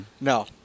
No